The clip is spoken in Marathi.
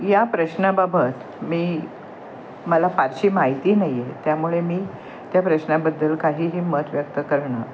या प्रश्नाबाबत मी मला फारशी माहिती नाही आहे त्यामुळे मी त्या प्रश्नाबद्दल काहीही मत व्यक्त करणं